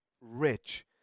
rich